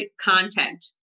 content